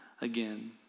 again